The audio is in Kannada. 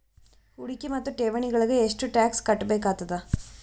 ಹೂಡಿಕೆ ಮತ್ತು ಠೇವಣಿಗಳಿಗ ಎಷ್ಟ ಟಾಕ್ಸ್ ಕಟ್ಟಬೇಕಾಗತದ?